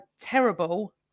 terrible